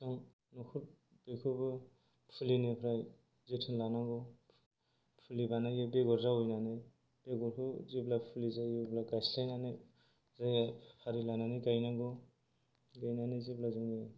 बिफां बेखौबो फुलिनिफ्राय जोथोन लानांगौ फुलि बानायो बेगर जावैनानै बेगरखौ जेब्ला फुलि जायो अब्ला गायस्लायनानै जायगा फारिलानानै गायनांगौ गायनानै जेब्ला जोङो